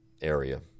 area